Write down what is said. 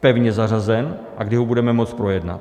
pevně zařazen, a kdy ho budeme moct projednat.